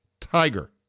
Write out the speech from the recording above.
Tiger